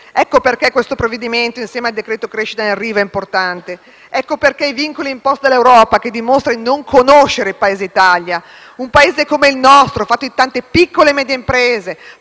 Ecco perché questo provvedimento, insieme al decreto crescita in arrivo, è importante; ecco perché i vincoli imposti dall'Europa dimostrano che questa non conosce il Paese Italia, un Paese come il nostro, fatto di tante piccole e medie imprese,